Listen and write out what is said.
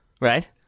right